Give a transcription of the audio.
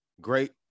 Great